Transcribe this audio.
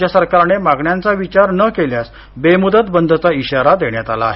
राज्य सरकारने मागण्यांचा विचार न केल्यास बेमुदत बंदचा इशारा देण्यात आला आहे